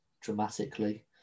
dramatically